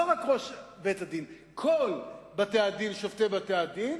שלא רק ראש בית-הדין אלא כל שופטי בתי-הדין